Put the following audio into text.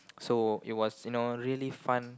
so it was you know really fun